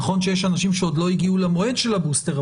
נכון שיש אנשים שעוד לא הגיעו למועד של הבוסטר,